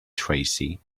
tracy